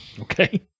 Okay